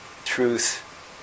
truth